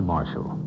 Marshall